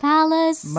Palace